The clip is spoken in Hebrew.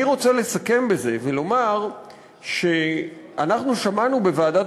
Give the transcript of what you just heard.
אני רוצה לסכם בזה ולומר שאנחנו שמענו בוועדת